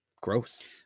Gross